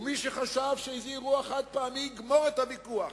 ומי שחשב שאירוע חד-פעמי יגמור את הוויכוח,